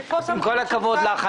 עם כל הכבוד לך,